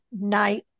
night